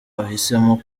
ahisemo